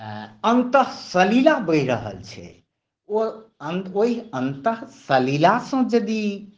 अंतःसलिला बहि रहल छै ओ अन्त ओहि अंतःसलिलासँ जँ यदि